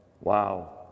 wow